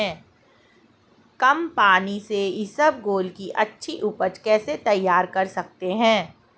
कम पानी से इसबगोल की अच्छी ऊपज कैसे तैयार कर सकते हैं?